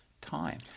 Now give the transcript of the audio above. time